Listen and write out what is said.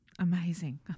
Amazing